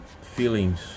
Feelings